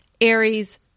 Aries